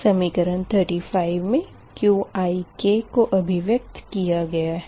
समीकरण 35 में Qik को अभिव्यक्त किया गया है